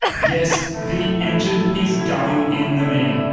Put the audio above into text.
yes, the engine is going in the mini.